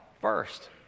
first